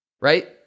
Right